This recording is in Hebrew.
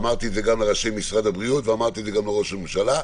אמרתי את זה גם לראשי משרד הבריאות ואמרתי את זה גם לראש הממשלה,